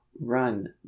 run